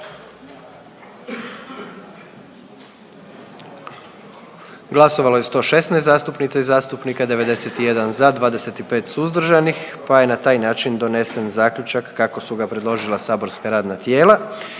Glasovalo je 111 zastupnica i zastupnika, 90 je bilo za, 8 je bilo suzdržanih i 13 je bilo protiv pa je donesen zaključak kako su ga predložila saborska radna tijela.